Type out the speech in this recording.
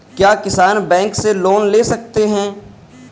क्या किसान बैंक से लोन ले सकते हैं?